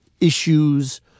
issues